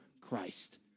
Christ